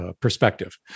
perspective